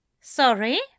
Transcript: Sorry